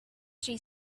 she